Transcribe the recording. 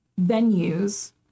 venues